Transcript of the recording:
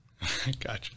Gotcha